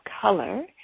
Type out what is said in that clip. color